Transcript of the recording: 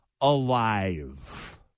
alive